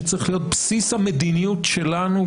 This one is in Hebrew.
שצריך להיות בסיס המדיניות שלנו,